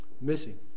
Missing